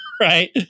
Right